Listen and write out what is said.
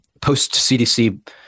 post-CDC